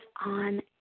on